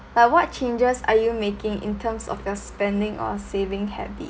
but what changes are you making in terms of your spending or saving habit